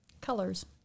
Colors